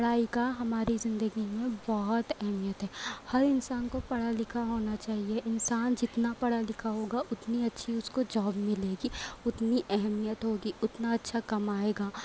پڑھائی کا ہماری زندگی میں بہت اہمیت ہے ہر انسان کو پڑھا لکھا ہونا چاہیے انسان جتنا پڑھا لکھا ہوگا اتنی اچھی اس کو جاب ملے گی اتنی اہمیت ہوگی اتنا اچھا کمائے گا